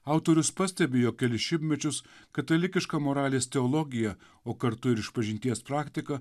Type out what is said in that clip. autorius pastebi jog kelis šimtmečius katalikiška moralės teologija o kartu ir išpažinties praktika